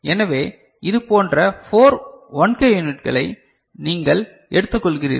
எனவே இதுபோன்ற 4 1K யூனிட்களை நீங்கள் எடுத்துக்கொள்கிறீர்கள்